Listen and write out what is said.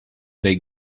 they